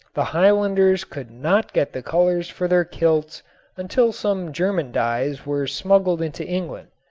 the highlanders could not get the colors for their kilts until some german dyes were smuggled into england.